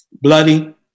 Bloody